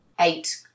eight